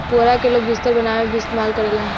पुआरा के लोग बिस्तर बनावे में भी इस्तेमाल करेलन